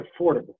affordable